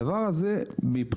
הדבר הזה מבחינתי,